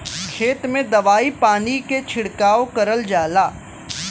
खेत में दवाई पानी के छिड़काव करल जाला